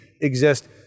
exist